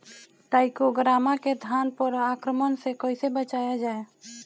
टाइक्रोग्रामा के धान पर आक्रमण से कैसे बचाया जाए?